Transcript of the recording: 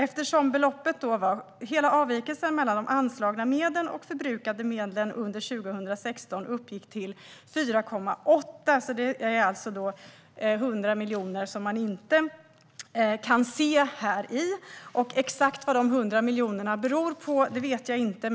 Eftersom hela avvikelsen mellan de anslagna medlen och förbrukade medlen under 2016 uppgick till 4,8 miljarder är det 100 miljoner som man inte kan se. Exakt vad de 100 miljonerna beror på vet jag inte.